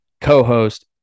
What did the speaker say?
co-host